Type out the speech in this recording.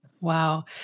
Wow